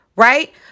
Right